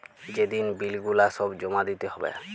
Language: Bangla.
যে দিন বিল গুলা সব জমা দিতে হ্যবে